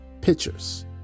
Pictures